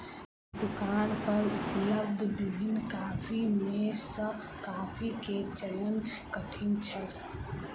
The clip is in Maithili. दुकान पर उपलब्ध विभिन्न कॉफ़ी में सॅ कॉफ़ी के चयन कठिन छल